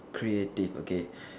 creative okay